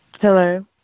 hello